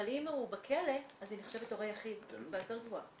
אבל אם הוא בכלא אז היא נחשבת הורה יחיד אז הקצבה יותר גבוהה.